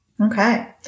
Okay